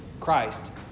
Christ